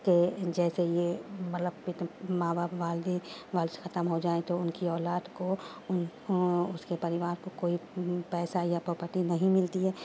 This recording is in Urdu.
کہ جیسے یہ مطلب ماں باپ والدے والد ختم ہو جائیں تو ان کی اولاد کو اس کے پریوار کو کوئی پیسہ یا پپرٹی نہیں ملتی ہے